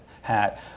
hat